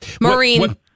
Maureen